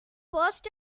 first